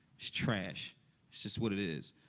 it's trash. it's just what it is.